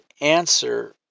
answer